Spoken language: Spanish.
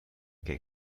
que